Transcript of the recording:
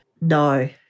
No